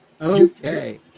Okay